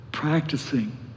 practicing